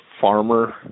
farmer